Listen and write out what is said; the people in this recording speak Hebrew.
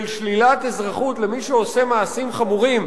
שלילת אזרחות למי שעושה מעשים חמורים,